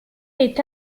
est